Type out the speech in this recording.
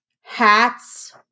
hats